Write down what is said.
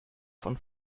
von